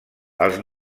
els